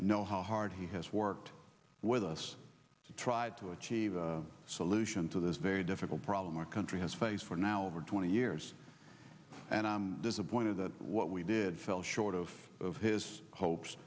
know how hard he has worked with us to try to achieve a solution to this very difficult problem our country has faced for now over twenty years and i'm disappointed that what we did fell short of his hopes